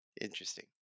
Interesting